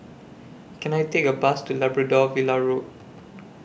Can I Take A Bus to Labrador Villa Road